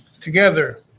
together